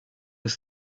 ist